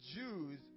Jews